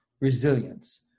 resilience